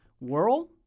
Whirl